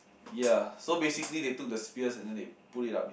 ya so basically they took the spears and then they put it up with